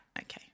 okay